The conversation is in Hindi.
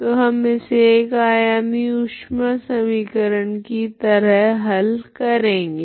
तो हम इसे एक आयामी ऊष्मा समीकरण की तरह हल करेगे